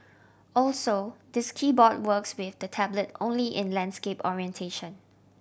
also this keyboard works with the tablet only in landscape orientation